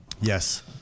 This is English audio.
Yes